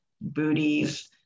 booties